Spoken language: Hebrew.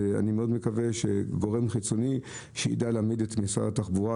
אני מאוד מקווה שיהיה גורם חיצוני שידע להעמיד את משרד התחבורה,